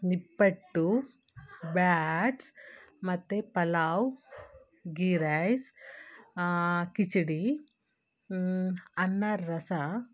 ನಿಪ್ಪಟ್ಟು ಬ್ಯಾಟ್ಸ್ ಮತ್ತು ಪಲಾವ್ ಗಿ ರೈಸ್ ಕಿಚಡಿ ಅನ್ನ ರಸ